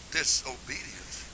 disobedience